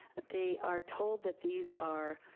they are told that these are